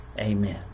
Amen